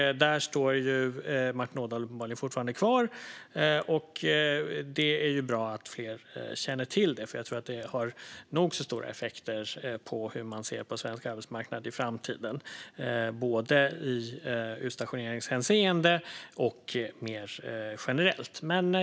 Där står Martin Ådahl uppenbarligen fortfarande kvar. Det är bra att fler känner till det eftersom det har nog så stora effekter på hur man ser på svensk arbetsmarknad i framtiden både i utstationeringshänseende och mer generellt.